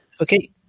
Okay